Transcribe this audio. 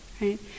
right